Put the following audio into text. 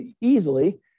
easily